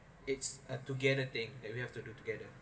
it's a together thing that we have to do together